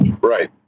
Right